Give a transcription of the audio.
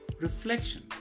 Reflection